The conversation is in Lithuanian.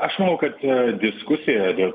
aš manau kad diskusija dėl